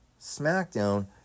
SmackDown